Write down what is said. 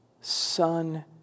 Son